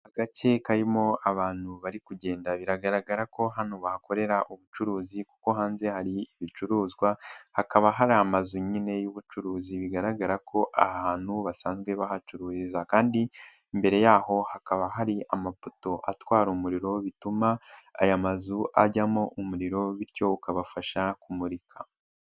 Agace karimo abantu bari kugenda biragaragara ko hano bahakorera ubucuruzi kuko hanze hari ibicuruzwa hakaba hari amazu nyine y'ubucuruzi bigaragara ko ahantu basanzwe bahacururiza kandi mbere yaho hakaba hari amafoto atwara umuriro, bituma aya mazu ajyamo umuriro bityo ukabafasha kumurika.